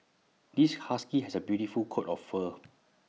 this husky has A beautiful coat of fur